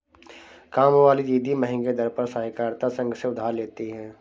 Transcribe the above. कामवाली दीदी महंगे दर पर सहकारिता संघ से उधार लेती है